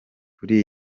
kuri